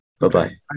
Bye-bye